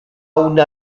una